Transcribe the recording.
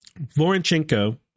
Voronchenko